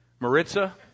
Maritza